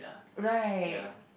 right